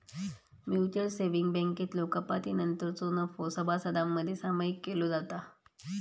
mutual savings बँकेतलो कपातीनंतरचो नफो सभासदांमध्ये सामायिक केलो जाता